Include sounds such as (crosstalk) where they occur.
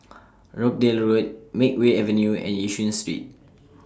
(noise) Rochdale Road Makeway Avenue and Yishun Street